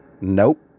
Nope